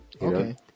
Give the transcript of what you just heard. Okay